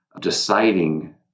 deciding